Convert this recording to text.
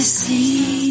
see